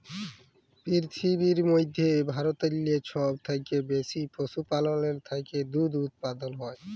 পিরথিবীর মইধ্যে ভারতেল্লে ছব থ্যাইকে বেশি পশুপাললের থ্যাইকে দুহুদ উৎপাদল হ্যয়